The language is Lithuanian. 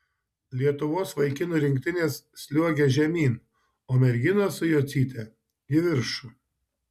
lietuvos vaikinų rinktinės sliuogia žemyn o merginos su jocyte į viršų